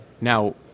Now